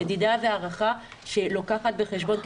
מדידה והערכה שלוקחת בחשבון,